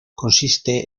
consiste